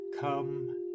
Come